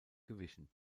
gewichen